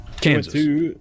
Kansas